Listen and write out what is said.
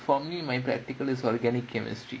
for me my practical is organic chemistry